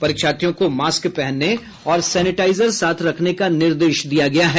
परीक्षार्थियों को मास्क पहनने और सेनिटाइजर साथ रखने का निर्देश दिया गया है